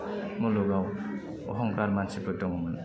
मुलुगाव अहंखार मानसिफोर दङमोन